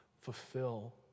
fulfill